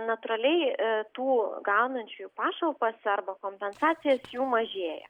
natūraliai tų gaunančių pašalpas arba kompensacijas jų mažėja